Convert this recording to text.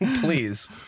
Please